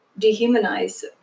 dehumanize